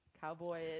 Cowboy